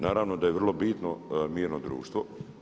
Naravno da je vrlo bitno mirno društvo.